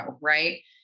right